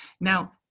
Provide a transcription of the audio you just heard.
Now